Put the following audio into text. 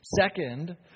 Second